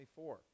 24